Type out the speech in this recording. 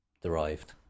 derived